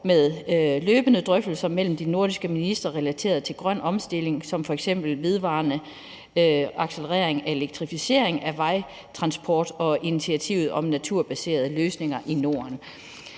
også løbende drøftelser mellem de nordiske ministre relateret til grøn omstilling, som f.eks. den vedvarende acceleration af elektrificeringen af vejtransport og initiativet om naturbaserede løsninger i Norden.